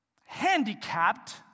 handicapped